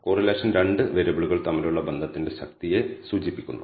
correlation 2 വേരിയബിളുകൾ തമ്മിലുള്ള ബന്ധത്തിന്റെ ശക്തിയെ സൂചിപ്പിക്കുന്നു